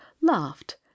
laughed